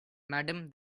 madam